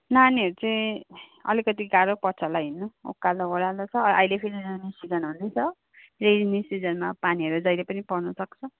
नानीहरू चाहिँ अलिकति गाह्रो पर्छ होला हिँड्नु उकालो ओह्रालो छ अहिले फेरि रेनी सिजन हो नि त रेनी सिजनमा पानीहरू जहिले पनि पर्नसक्छ